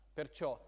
perciò